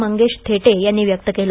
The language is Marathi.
मंगेश थेटे यांनी व्यक्त केले